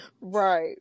right